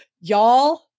y'all